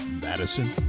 Madison